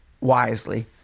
wisely